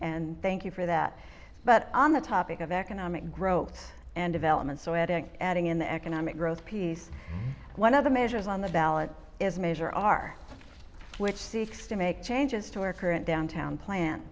and thank you for that but on the topic of economic growth and development so adding adding in the economic growth piece one other measures on the ballot is measure our which seeks to make changes to our current downtown plan